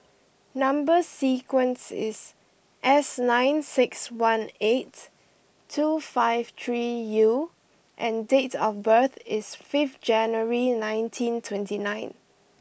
number sequence is S nine six one eight two five three U and date of birth is fifth January nineteen twenty nine